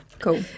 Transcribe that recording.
cool